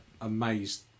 amazed